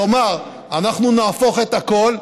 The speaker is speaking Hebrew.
כלומר, אנחנו נהפוך את הכול,